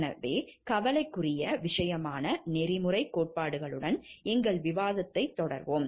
எனவே கவலைக்குரிய விஷயமான நெறிமுறைக் கோட்பாடுகளுடன் எங்கள் விவாதத்தைத் தொடர்வோம்